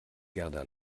gerda